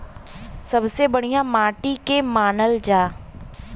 सबसे बढ़िया माटी के के मानल जा?